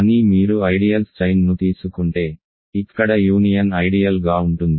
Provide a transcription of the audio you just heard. కానీ మీరు ideals chain ను తీసుకుంటే ఇక్కడ యూనియన్ ఐడియల్ గా ఉంటుంది